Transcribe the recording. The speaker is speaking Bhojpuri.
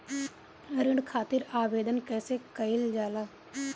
ऋण खातिर आवेदन कैसे कयील जाला?